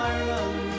Ireland